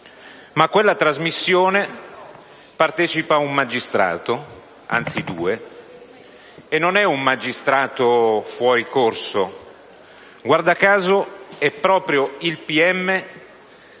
A quella trasmissione partecipa un magistrato (anzi, sono due), e non è un magistrato fuori corso: guarda caso, è proprio il